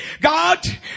God